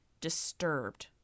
disturbed